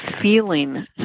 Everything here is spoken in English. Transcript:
feeling